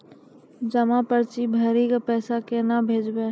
जमा पर्ची भरी के पैसा केना भेजबे?